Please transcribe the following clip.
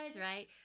right